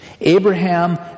Abraham